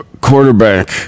quarterback